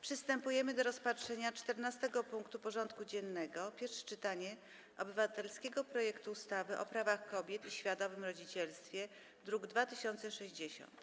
Przystępujemy do rozpatrzenia punktu 14. porządku dziennego: Pierwsze czytanie obywatelskiego projektu ustawy o prawach kobiet i świadomym rodzicielstwie (druk nr 2060)